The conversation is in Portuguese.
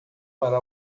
para